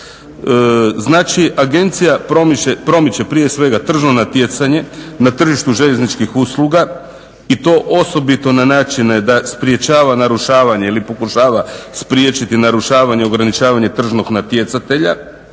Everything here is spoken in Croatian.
Znači, agencija promiče prije svega tržno natjecanje na tržištu željezničkih usluga i to osobito na načine da sprečava narušavanje ili pokušava spriječiti narušavanje i ograničavanje tržnog natjecanja,